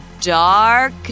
dark